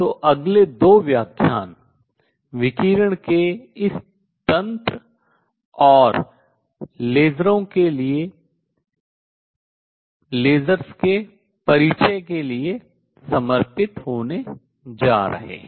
तो अगले दो व्याख्यान विकिरण के इस तंत्र और लेसरों के लिए लेसरों के परिचय के लिए समर्पित होने जा रहे हैं